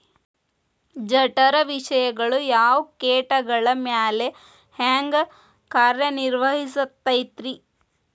ಜಠರ ವಿಷಗಳು ಯಾವ ಕೇಟಗಳ ಮ್ಯಾಲೆ ಹ್ಯಾಂಗ ಕಾರ್ಯ ನಿರ್ವಹಿಸತೈತ್ರಿ?